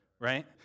right